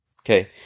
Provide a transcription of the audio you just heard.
okay